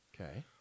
Okay